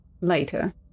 Later